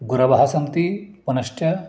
गुरवः सन्ति पुनश्च